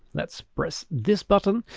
let's press this button,